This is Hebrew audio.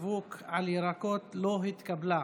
שיוכלו להיות אזרחים ישראלים.